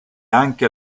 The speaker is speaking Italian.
anche